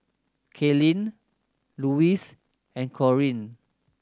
Kalyn Louise and Corene